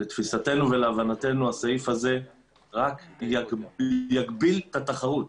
לתפיסתנו ולהבנתנו הסעיף הזה רק יגביל את התחרות.